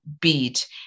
beat